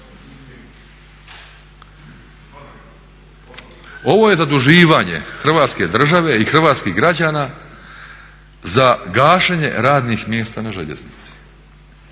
Ovo je zaduživanje Hrvatske države i hrvatskih građana za gašenje radnih mjesta na željeznici.